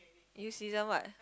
you season what